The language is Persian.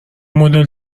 مدل